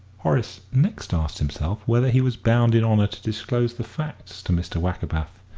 horace next asked himself whether he was bound in honour to disclose the facts to mr. wackerbath,